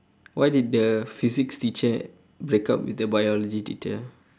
why did the physics teacher break up with the biology teacher